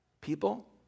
People